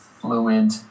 fluid